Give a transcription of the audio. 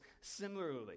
similarly